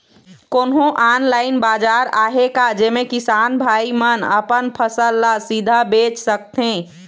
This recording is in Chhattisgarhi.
कोन्हो ऑनलाइन बाजार आहे का जेमे किसान भाई मन अपन फसल ला सीधा बेच सकथें?